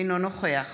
אינו נוכח